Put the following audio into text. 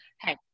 hey